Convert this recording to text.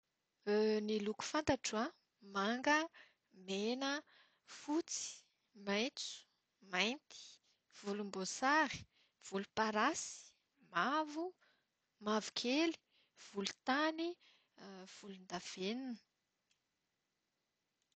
Ny loko fantatro an, manga, mena, fotsy, maitso, mainty, volomboasary, volomparasy, mavo, mavokely, volontany, volon-davenina.